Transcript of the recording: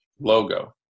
logo